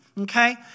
Okay